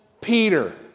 Peter